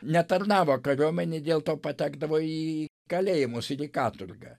netarnavo kariuomenėj dėl to patekdavo į kalėjimus ir į katorgą